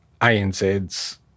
ANZ's